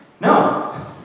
No